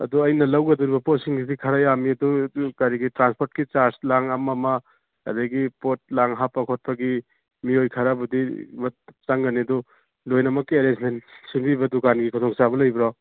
ꯑꯗꯨ ꯑꯩꯅ ꯂꯧꯒꯗꯧꯔꯤꯕ ꯄꯣꯠꯁꯤꯡ ꯑꯁꯤ ꯈꯔ ꯌꯥꯝꯃꯤ ꯑꯗꯨ ꯀꯔꯤꯒꯤ ꯇ꯭ꯔꯥꯟꯁꯄꯣꯔꯠꯀꯤ ꯆꯥꯔꯖ ꯂꯥꯡ ꯑꯃ ꯑꯃ ꯑꯗꯒꯤ ꯄꯣꯠ ꯂꯥꯡ ꯍꯥꯞꯄ ꯈꯣꯠꯄꯒꯤ ꯃꯤꯑꯣꯏ ꯈꯔꯕꯨꯗꯤ ꯆꯪꯒꯅꯤ ꯑꯗꯨ ꯂꯣꯏꯅꯃꯛꯀꯤ ꯑꯦꯔꯦꯟꯁꯃꯦꯟ ꯁꯤꯟꯕꯤꯕ ꯗꯨꯀꯥꯟꯒꯤ ꯈꯨꯗꯣꯡ ꯆꯥꯕ ꯂꯩꯕ꯭ꯔꯣ